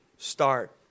Start